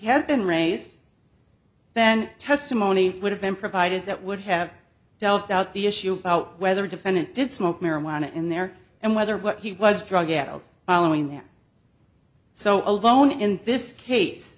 had been raised then testimony would have been provided that would have delved out the issue about whether defendant did smoke marijuana in there and whether what he was drug addled following them so alone in this case